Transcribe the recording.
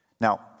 Now